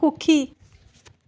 সুখী